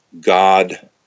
God